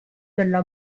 della